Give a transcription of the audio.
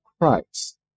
Christ